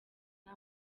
nta